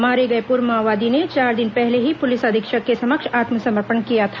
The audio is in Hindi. मारे गए पूर्व माओवादी ने चार दिन पहले ही पुलिस अधीक्षक के समक्ष आत्समर्पण किया था